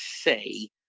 say